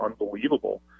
unbelievable